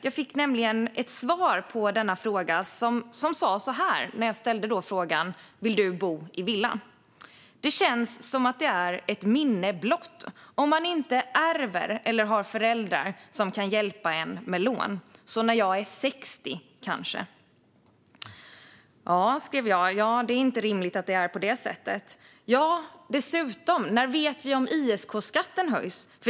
Jag fick nämligen ett svar på denna fråga som löd så här: Det känns som att det är ett minne blott om man inte ärver eller har föräldrar som kan hjälpa en, så när jag är 60 kanske. Ja, skrev jag, det är inte rimligt att det är på det sättet. Dessutom, när vet vi om ISK-skatten höjs?